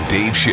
Dave